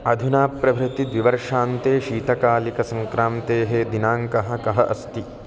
अधुना प्रभृति द्विवर्षान्ते शीतकालिकसङ्क्रान्तेः दिनाङ्कः कः अस्ति